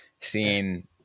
seeing –